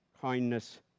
kindness